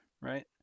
Right